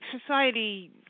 society